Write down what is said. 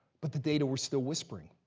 but the data were still whispering.